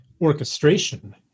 Orchestration